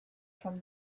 from